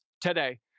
today